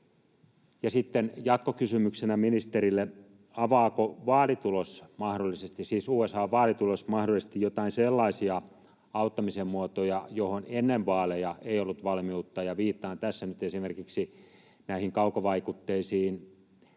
sitten jatkokysymyksenä ministerille: Avaako USA:n vaalitulos mahdollisesti jotain sellaisia auttamisen muotoja, joihin ennen vaaleja ei ollut valmiutta? Viittaan tässä nyt esimerkiksi näihin kaukovaikutteisiin